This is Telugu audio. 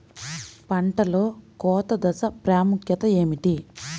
పంటలో కోత దశ ప్రాముఖ్యత ఏమిటి?